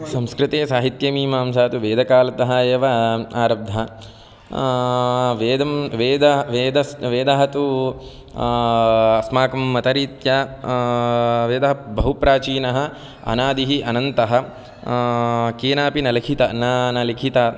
संस्कृते साहित्यमीमांसाः वेदकालतः एव आरब्धाः वेदः वेदः वेदः वेदः तु अस्माकं मतरीत्या वेदाः बहुप्राचीनाः अनादिः अनन्ताः केनापि न लिखिताः न न लिखिताः